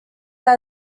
that